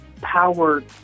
power